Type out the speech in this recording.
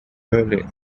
early